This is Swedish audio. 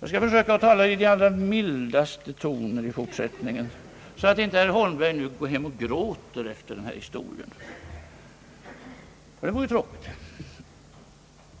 jag skall försöka tala i de allra mildaste tongångar i fortsättningen, så att inte herr Holmberg går hem och gråter efter den här debatten, ty det vore tråkigt.